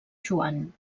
joan